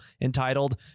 entitled